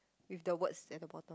with the words at the bottom